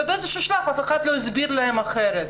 ובאיזה שהוא שלב אף אחד לא הסביר להם אחרת.